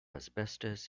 asbestos